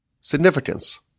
significance